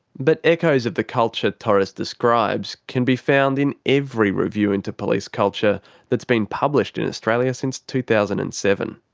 but echoes of the culture torres describes can be found in every review into police culture that's been published in australia since two thousand and seven.